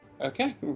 Okay